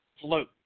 float